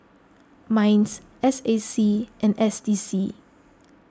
Minds S A C and S D C